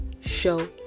show